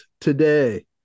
today